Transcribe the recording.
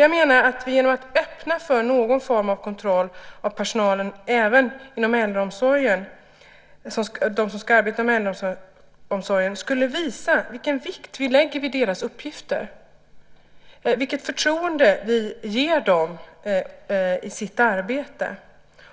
Jag menar att vi genom att öppna för någon form av kontroll av också den personal som ska arbeta inom äldreomsorgen skulle visa vilken vikt vi lägger vid deras uppgifter och vilket förtroende vi ger dem i deras arbete. Jag